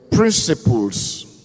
Principles